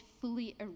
fully